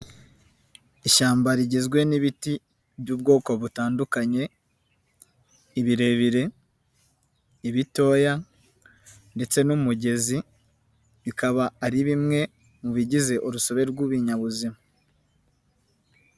Ishyamba rigizwe n'ibiti by'ubwoko butandukanye, ibirebire, ibitoya ndetse n'umugezi bikaba ari bimwe mu bigize urusobe rw'ibinyabuzima.